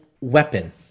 weapon